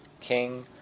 King